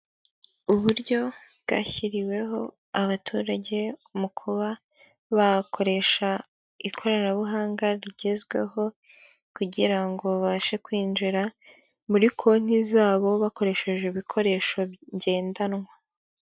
Uburyo bwashyiriweho abaturage mu kuba bakoresha ikoranabuhanga rigezweho, kugira ngo babashe kwinjira muri konti zabo bakoresheje ibikoresho ngendanwa.